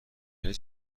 کردی